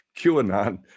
QAnon